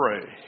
pray